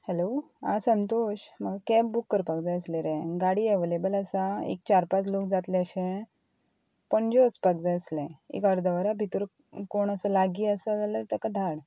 hello हां संतोश म्हाका cab book करपाक जाय आसले रे गाडी अवेलेबल आसा एक चार पांच लोक जातले अशें पणजे वचपाक जाय आसलें एक अर्द वरा भितूर कोण असो लागीं आसा जाल्यार ताका धाड